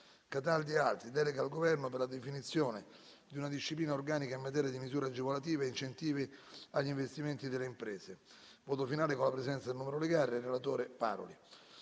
CATALDI e altri. - Delega al Governo per la definizione di una disciplina organica in materia di misure agevolative e incentivi agli investimenti delle imprese (607) (voto finale con la presenza del numero legale) - Relatore PAROLI